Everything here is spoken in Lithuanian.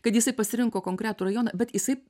kad jisai pasirinko konkretų rajoną bet jisai